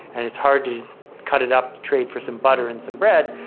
and it's hard to cut it up to trade for some butter and some bread.